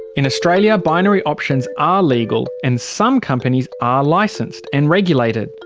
in australia, binary options are legal and some companies are licensed and regulated.